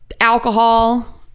alcohol